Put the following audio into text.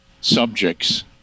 subjects